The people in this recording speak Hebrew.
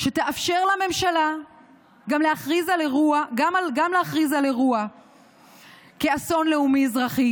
שתאפשר לממשלה גם להכריז על אירוע כאסון לאומי-אזרחי